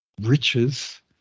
riches